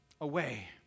away